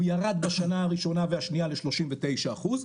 הוא ירד בשנה הראשונה והשנייה ל-39 אחוז,